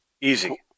Easy